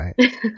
right